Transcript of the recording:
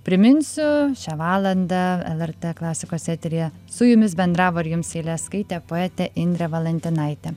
priminsiu šią valandą lrt klasikos eteryje su jumis bendravo ir jums eiles skaitė poetė indrė valantinaitė